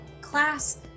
class